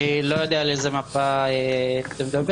אני לא יודע על איזה מפה אתה מדבר אבל אשמח לראות.